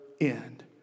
end